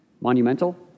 monumental